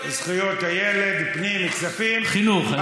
זכויות הילד, פנים, כספים, חינוך.